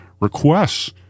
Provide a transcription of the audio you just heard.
requests